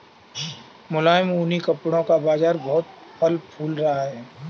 मुलायम ऊनी कपड़े का बाजार बहुत फल फूल रहा है